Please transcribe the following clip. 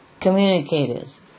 communicators